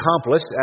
accomplished